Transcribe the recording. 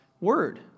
word